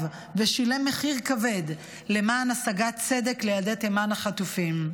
ושילם מחיר כבד למען השגת צדק לילדי תימן החטופים.